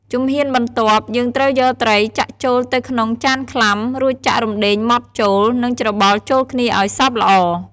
ជំហានបន្ទាប់ យើងត្រូវយកត្រីចាក់ចូលទៅក្នុងចានខ្លាំ រួចចាក់រំដេងម៉ដ្ដចូល និងច្របល់ចូលគ្នាឱ្យសព្វល្អ។